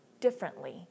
differently